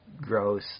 gross